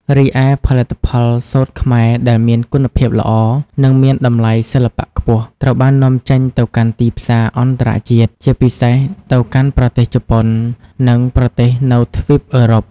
រីឯផលិតផលសូត្រខ្មែរដែលមានគុណភាពល្អ និងមានតម្លៃសិល្បៈខ្ពស់ ត្រូវបាននាំចេញទៅកាន់ទីផ្សារអន្តរជាតិ ជាពិសេសទៅកាន់ប្រទេសជប៉ុន និងប្រទេសនៅទ្វីបអឺរ៉ុប។